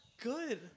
good